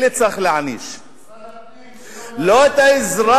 את אלה צריך להעניש, את משרד הפנים, לא את האזרח.